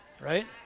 Right